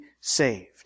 saved